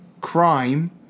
crime